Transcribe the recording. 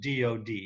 DoD